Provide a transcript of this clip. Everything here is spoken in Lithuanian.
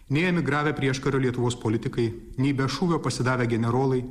nei emigravę prieškario lietuvos politikai nei be šūvio pasidavę generolai